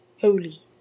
Holy